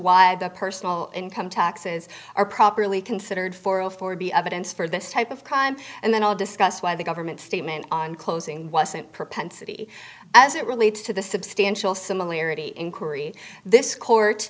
why the personal income taxes are properly considered for a four b evidence for this type of crime and then i'll discuss why the government statement on closing wasn't propensity as it relates to the substantial similarity inquiry this court